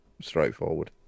straightforward